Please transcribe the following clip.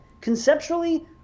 conceptually